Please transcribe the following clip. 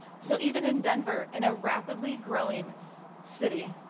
so, even in denver, in a rapidly growing city,